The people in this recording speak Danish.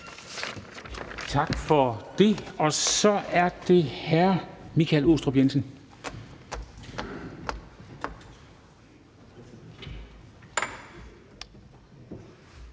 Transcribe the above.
Tak for det. Så er det hr. Michael Aastrup Jensen.